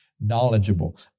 knowledgeable